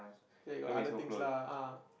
okay got other things lah ah